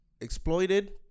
exploited